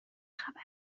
خبره